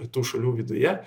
tų šalių viduje